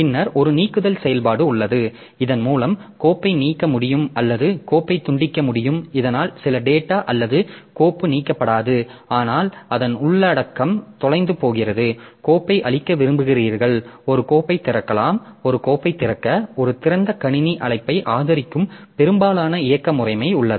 பின்னர் ஒரு நீக்குதல் செயல்பாடு உள்ளது இதன் மூலம் கோப்பை நீக்க முடியும் அல்லது கோப்பை துண்டிக்க முடியும் இதனால் சில டேட்டா அல்லது கோப்பு நீக்கப்படாது ஆனால் அதன் உள்ளடக்கம் தொலைந்து போகிறது கோப்பை அழிக்க விரும்புகிறீர்கள் ஒரு கோப்பைத் திறக்கலாம் ஒரு கோப்பைத் திறக்க ஒரு திறந்த கணினி அழைப்பை ஆதரிக்கும் பெரும்பாலான இயக்க முறைமை உள்ளது